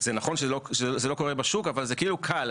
זה נכון שזה לא קורה בשוק אבל זה כאילו קל.